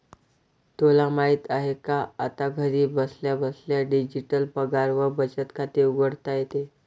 तुला माहित आहे का? आता घरी बसल्या बसल्या डिजिटल पगार व बचत खाते उघडता येते